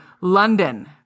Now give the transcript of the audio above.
London